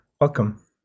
welcome